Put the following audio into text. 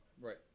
Right